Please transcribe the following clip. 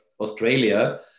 Australia